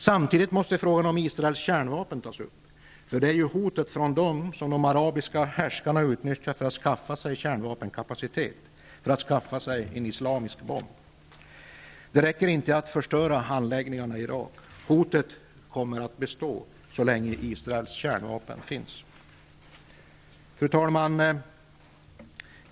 Samtidigt måste frågan om Israels kärnvapen tas upp, för det är ju hotet från dem som de arabiska härskarna utnyttjar för att skaffa sig kärnvapenkapacitet, för att skaffa sig en ''islamisk bomb''. Det räcker inte att förstöra anläggningarna i Irak. Hotet kommer att bestå så länge Israels kärnvapen finns. Fru talman!